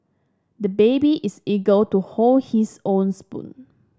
the baby is eager to hold his own spoon